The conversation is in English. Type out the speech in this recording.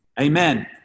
Amen